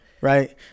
right